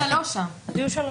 יהיו שלוש.